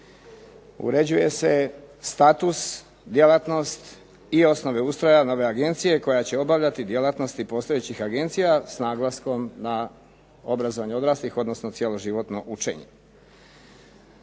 Uređuje se status, djelatnost, i osnove ustroja nove agencije koja će obavljati djelatnosti postojećih agencija s naglaskom na obrazovanje odraslih, odnosno cijeloživotno učenje.